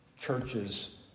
Churches